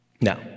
Now